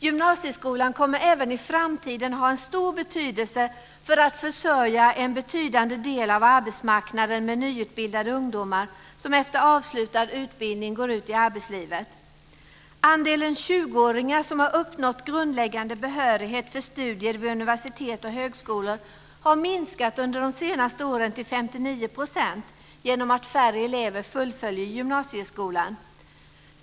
Gymnasieskolan kommer även i framtiden att ha en stor betydelse för att försörja en betydande del av arbetsmarknaden med nyutbildade ungdomar som efter avslutad utbildning går ut i arbetslivet. Andelen tjugoåringar som har uppnått grundläggande behörighet för studier vid universitet och högskolor har under de senaste åren minskat till 59 % genom att färre elever fullföljer gymnasieutbildningen.